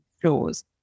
flows